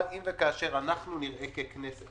אבל אם וכאשר אנחנו נראה ככנסת